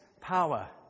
power